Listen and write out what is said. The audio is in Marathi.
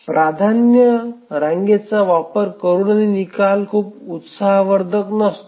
प्राधान्य रांगेचा वापर करुनही निकाल खूप उत्साहवर्धक नसतो